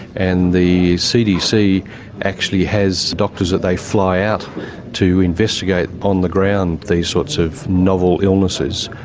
and the cdc actually has doctors that they fly out to investigate on the ground these sorts of novel illnesses.